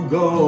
go